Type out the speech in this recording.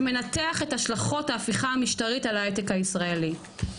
שמנתח את השלכות ההפיכה המשטרית על ההייטק הישראלי.